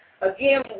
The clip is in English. Again